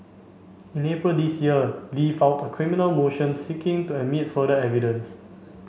in April this year Li filed a criminal motion seeking to admit further evidence